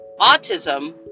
autism